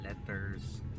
letters